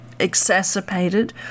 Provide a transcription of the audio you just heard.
Exacerbated